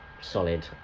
solid